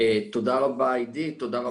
הנפש בכנסת.